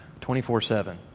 24-7